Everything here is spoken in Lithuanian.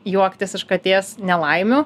juoktis iš katės nelaimių